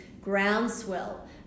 groundswell